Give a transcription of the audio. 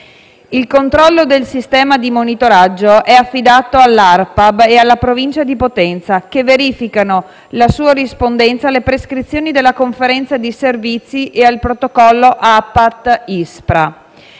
Il controllo del sistema di monitoraggio è affidato all'Arpab e alla Provincia di Potenza che verificano la sua rispondenza alle prescrizioni della Conferenza di Servizi ed al protocollo APAT-ISPRA.